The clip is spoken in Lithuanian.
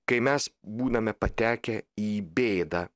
kai mes būname patekę į bėdą